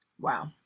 wow